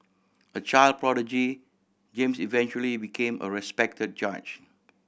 a child prodigy James eventually became a respect judge